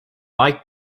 like